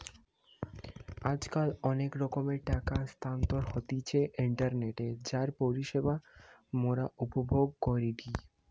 আজকাল অনেক রকমের টাকা স্থানান্তর হতিছে ইন্টারনেটে যার পরিষেবা মোরা উপভোগ করিটি